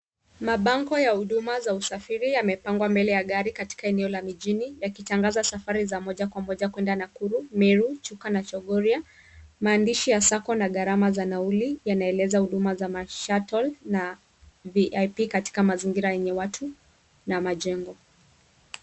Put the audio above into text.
Mabango ya huduma za usafiri yamepangwa mbele ya gari katika eneo la mijini yakitangaza safari za moja kwa moja kwenda Nakuru, Meru, Chuka na Chongoria. Maandishi ya sacco na gharamaza nauli yanaeleza huduma za, mas shuttle na VIP, katika mazingira yenye watu na majengo.